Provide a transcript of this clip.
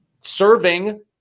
Serving